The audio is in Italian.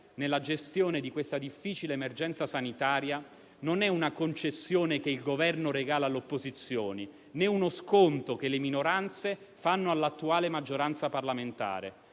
nella gestione di questa difficile emergenza sanitaria non è una concessione che il Governo regala alle opposizioni, né uno sconto che le minoranze fanno all'attuale maggioranza parlamentare.